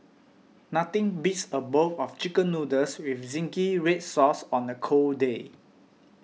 nothing beats a bowl of Chicken Noodles with Zingy Red Sauce on a cold day